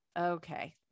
okay